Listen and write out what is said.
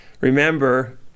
Remember